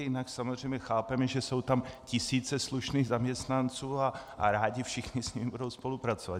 Jinak samozřejmě chápeme, že jsou tam tisíce slušných zaměstnanců a rádi s nimi všichni budou spolupracovat.